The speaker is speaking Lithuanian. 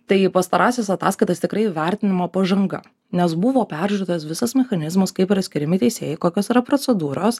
tai pastarąsias ataskaitas tikrai vertinama pažanga nes buvo peržiūrėtas visas mechanizmas kaip yra skiriami teisėjai kokios yra procedūros